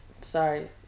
Sorry